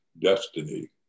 destiny